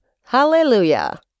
Hallelujah